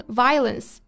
violence